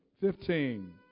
Fifteen